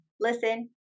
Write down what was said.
Listen